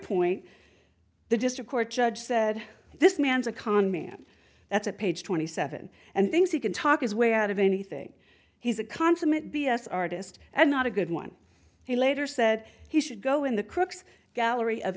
point the district court judge said this man's a con man that's a page twenty seven and thinks he can talk his way out of anything he's a consummate b s artist and not a good one he later said he should go in the crooks gallery of